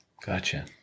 Gotcha